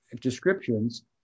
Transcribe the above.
descriptions